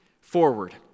Forward